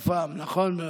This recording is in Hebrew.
בלי השפם, נכון מאוד.